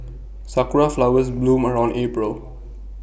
Sakura Flowers bloom around April